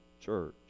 church